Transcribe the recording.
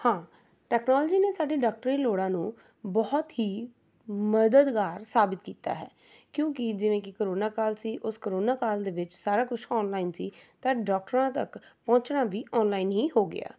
ਹਾਂ ਟੈਕਨੋਲੋਜੀ ਨੇ ਸਾਡੀ ਡਾਕਟਰੀ ਲੋੜਾਂ ਨੂੰ ਬਹੁਤ ਹੀ ਮਦਦਗਾਰ ਸਾਬਤ ਕੀਤਾ ਹੈ ਕਿਉਂਕਿ ਜਿਵੇਂ ਕਿ ਕਰੋਨਾ ਕਾਲ ਸੀ ਉਸ ਕਰੋਨਾ ਕਾਲ ਦੇ ਵਿੱਚ ਸਾਰਾ ਕੁਝ ਆਨਲਾਈਨ ਸੀ ਤਾਂ ਡਾਕਟਰਾਂ ਤੱਕ ਪਹੁੰਚਣਾ ਵੀ ਆਨਲਾਈਨ ਹੀ ਹੋ ਗਿਆ